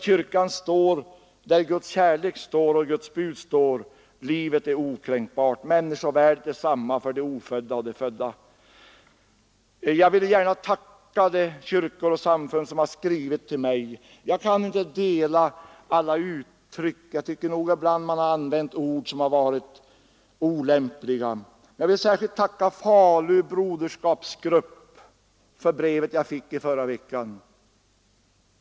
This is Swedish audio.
Kyrkan står där Guds kärlek och Guds bud står. Livet är okränkbart; människovärdet är samma för det ofödda och det födda. Jag vill gärna tacka de representanter för kyrkor och samfund som har skrivit till mig. Men jag anser inte att alla uttryck är bra; man har ibland använt ord som varit olämpliga. Jag vill särskilt tacka Falu broderskapsgrupp för brevet som jag fick i förra veckan.